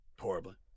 horribly